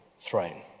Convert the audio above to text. throne